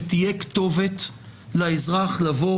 שתהיה כתובת לאזרח לבוא.